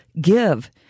Give